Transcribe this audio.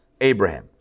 Abraham